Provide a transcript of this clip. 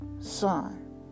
Son